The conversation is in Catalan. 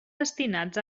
destinats